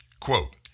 Quote